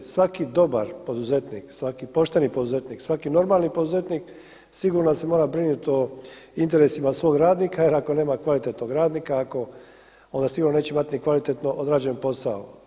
Svaki dobar poduzetnik, svaki pošteni poduzetnik, svaki normalni poduzetnik sigurno se mora brinuti o interesima svog radnika jer ako nema kvalitetnog radnika onda sigurno neće imati ni kvalitetno odrađen posao.